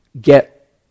get